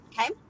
Okay